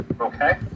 Okay